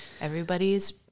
everybody's